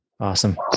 Awesome